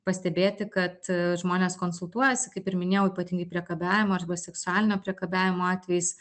pastebėti kad žmonės konsultuojas kaip ir minėjau ypatingai priekabiavimo arba seksualinio priekabiavimo atvejais